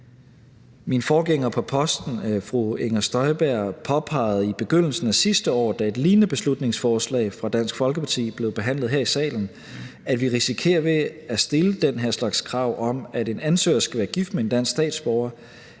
Min forgænger på posten, fru Inger Støjberg, påpegede i begyndelsen af sidste år, da et lignende beslutningsforslag fra Dansk Folkeparti blev behandlet her i salen, at vi ved at stille den her slags krav om, at en ansøger skal være gift med en dansk statsborger,